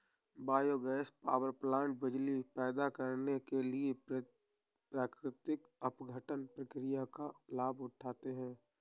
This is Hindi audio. बायोगैस पावरप्लांट बिजली पैदा करने के लिए प्राकृतिक अपघटन प्रक्रिया का लाभ उठाते हैं